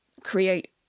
create